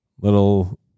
Little